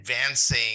advancing